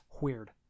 weird